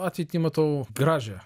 ateitį matau gražią